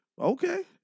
Okay